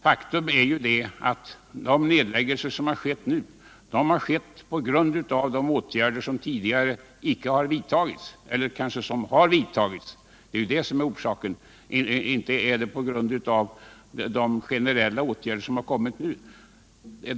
Faktum är att de nedläggningar som har skett nu har berott på åtgärder som har vidtagits tidigare och inte på de generella åtgärder som nu har vidtagits.